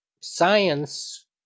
science